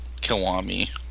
Kiwami